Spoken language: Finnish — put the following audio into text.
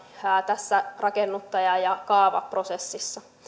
tässä rakennuttaja ja kaavaprosessissa